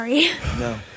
No